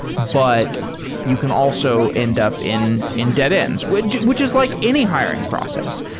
but you can also end up in in dead ends, which which is like any hiring process.